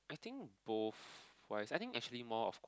I think both wise I think actually more of